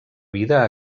vida